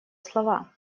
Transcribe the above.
слова